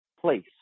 place